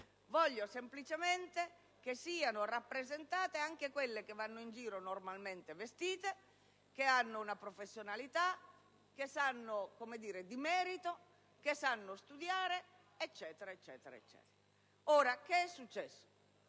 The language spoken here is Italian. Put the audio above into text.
Voglio semplicemente che siano rappresentate anche quelle che vanno in giro normalmente vestite, che hanno una professionalità, che sanno di merito, che sanno studiare, e così via. Cosa è successo?